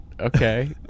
Okay